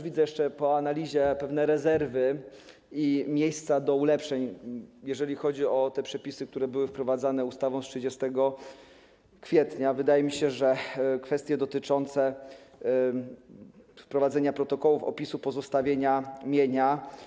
Widzę jeszcze po analizie pewne rezerwy i miejsca do ulepszeń, jeżeli chodzi o te przepisy, które były wprowadzane ustawą z 30 kwietnia, o kwestie dotyczące wprowadzenia protokołów opisu pozostawionego mienia.